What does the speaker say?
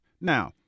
Now